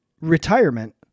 retirement